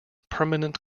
permanent